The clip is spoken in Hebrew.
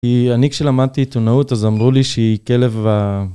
כי אני כשלמדתי עיתונאות אז אמרו לי שהיא כלב ה...